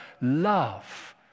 love